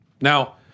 Now